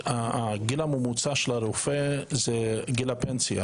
הגיל הממוצע של הרופאים הוא גיל הפנסיה.